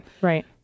right